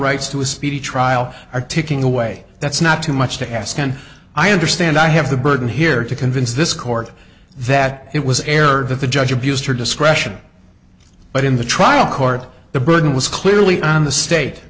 rights to a speedy trial are ticking away that's not too much to ask and i understand i have the burden here to convince this court that it was error that the judge abused her discretion but in the trial court the burden was clearly on the state